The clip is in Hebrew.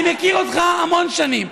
אני מכיר אותך המון שנים.